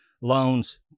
loans